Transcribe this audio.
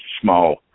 small